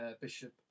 bishop